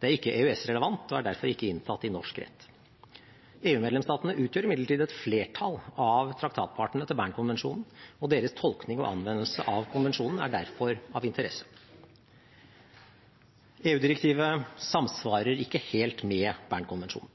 Det er ikke EØS-relevant og er derfor ikke inntatt i norsk rett. EU-medlemsstatene utgjør imidlertid et flertall av traktatpartene til Bern-konvensjonen, og deres tolkning og anvendelse av konvensjonen er derfor av interesse. EU-direktivet samsvarer ikke helt med Bern-konvensjonen.